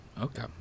Okay